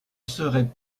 seraient